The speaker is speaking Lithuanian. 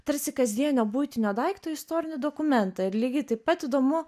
tarsi kasdienio buitinio daikto į istorinį dokumentą ir lygiai taip pat įdomu